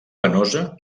venosa